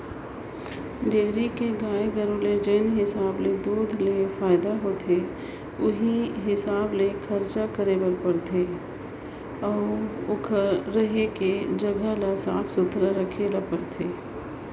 dairy कर गाय गरू ले जेन हिसाब ले दूद ले फायदा होथे उहीं हिसाब ले खरचा करे बर परथे, रहें कर जघा ल साफ सुथरा रखे ले परथे